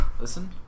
Listen